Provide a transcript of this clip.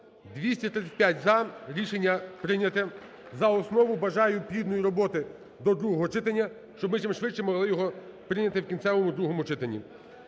235 – за. Рішення прийняте за основу. Бажаю плідної роботи до другого читання, щоб ми чимшвидше могли його прийняти в кінцевому, другому читанні.